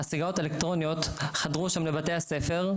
הסיגריות האלקטרוניות חדרו שם לבתי הספר,